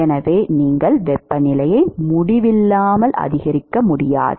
எனவே நீங்கள் வெப்பநிலையை முடிவில்லாமல் அதிகரிக்க முடியாது